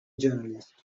journalist